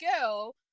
girl